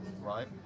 right